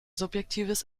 subjektives